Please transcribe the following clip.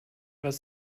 was